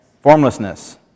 Formlessness